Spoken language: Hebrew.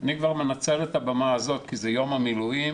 אני מנצל במה זו כי זה יום המילואים,